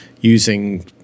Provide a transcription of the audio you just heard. using